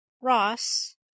Ross